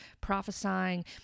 prophesying